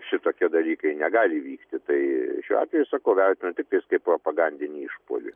šitokie dalykai negali vykti tai šiuo atveju sakau vertinu tiktais kaip propagandinį išpuolį